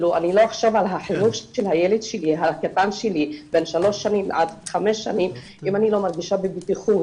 אני לא אשלח את הילד הקטן שלי בן 3 עד 5 שנים אם אני לא מרגישה בבטיחות.